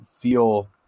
feel